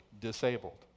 disabled